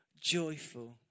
joyful